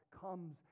comes